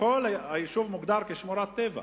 שכל היישוב מוגדר כשמורת טבע.